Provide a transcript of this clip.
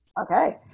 Okay